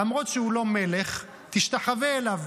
למרות שהוא לא מלך, תשתחווה אליו.